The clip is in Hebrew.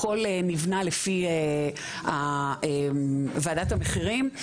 הכל נבנה לפי וועדת המחירים,